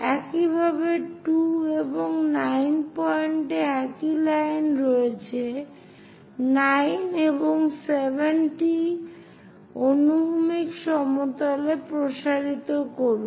একইভাবে 2 এবং 9 পয়েন্ট একই লাইনে রয়েছে এই 9 এবং 7 টি অনুভূমিক সমতলে প্রসারিত করুন